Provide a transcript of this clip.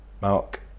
Mark